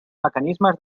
mecanismes